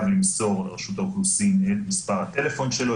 למסור לרשות האוכלוסין את מספר הטלפון שלו,